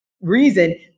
reason –